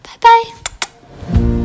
bye-bye